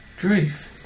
grief